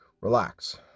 Relax